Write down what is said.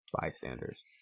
bystanders